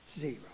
Zero